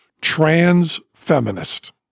trans-feminist